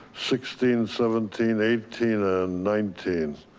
sixteen, seventeen, eighteen, and nineteen.